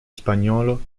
spagnolo